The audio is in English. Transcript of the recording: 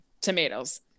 tomatoes